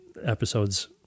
episodes